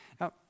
Now